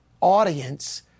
audience